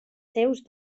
seus